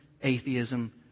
atheism